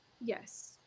yes